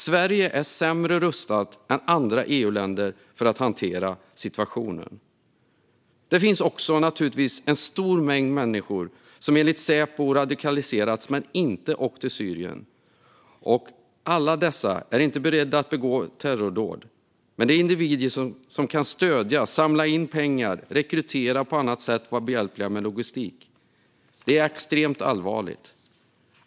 Sverige är sämre rustat än andra EU-länder att hantera situationen. Det finns naturligtvis också en stor mängd personer som enligt Säpo radikaliserats men inte åkt till Syrien. Alla dessa är inte beredda att begå terrordåd. Men det är individer som kan stödja, samla in pengar, rekrytera och på annat sätt vara behjälpliga med logistik. Det är extremt allvarligt.